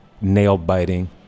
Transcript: nail-biting